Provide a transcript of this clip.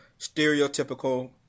stereotypical